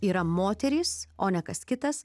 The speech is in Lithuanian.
yra moterys o ne kas kitas